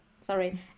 sorry